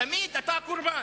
תמיד אתה הקורבן.